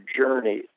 journey